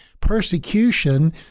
persecution